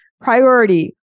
priority